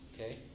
Okay